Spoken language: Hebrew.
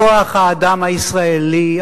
כוח-האדם הישראלי,